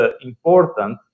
important